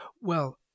Well